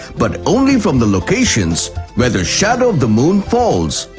but only from the locations where the shadow of the moon falls.